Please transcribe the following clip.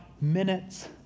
minutes